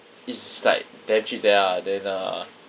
is like damn cheap there ah then uh